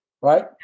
right